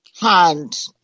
hand